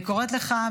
אני קוראת לך,